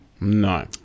No